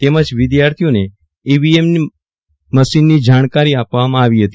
તેમજ વિદ્યાર્થિઓને E V M ની મશીનની જાણકારી આપવા માં આવી હતી